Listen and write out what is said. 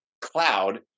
cloud